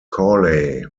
corley